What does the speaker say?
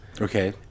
okay